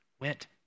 went